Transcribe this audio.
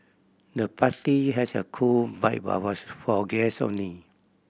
the party had a cool vibe but was for guest only